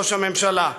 ראש הממשלה.